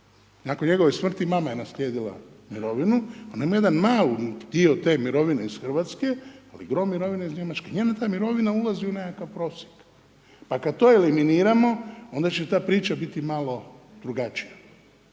Nakon njegove smrti mama je naslijedila mirovinu, onaj jedan dio te mirovine iz Hrvatske a druge mirovine iz Njemačke, njemu ta mirovina ulazi u nekakav prosjek. Pa kad to eliminiramo, onda će ta priča biti malo drugačija.